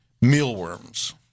mealworms